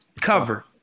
cover